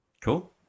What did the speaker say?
Cool